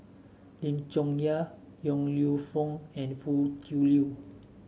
Lim Chong Yah Yong Lew Foong and Foo Tui Liew